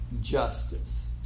justice